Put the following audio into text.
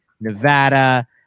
Nevada